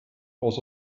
aus